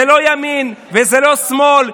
זה לא ימין וזה לא שמאל,